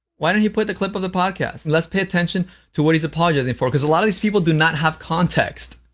why didn't he put the clip of the podcast? and let's pay attention to what he's apologizing for because a lot of these people do not have context.